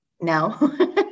No